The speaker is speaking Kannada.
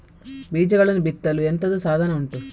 ಬೀಜಗಳನ್ನು ಬಿತ್ತಲು ಎಂತದು ಸಾಧನ ಉಂಟು?